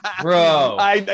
Bro